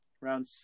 Round